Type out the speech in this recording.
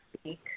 speak